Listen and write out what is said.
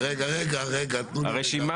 הרשימה